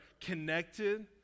connected